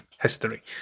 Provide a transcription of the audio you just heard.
history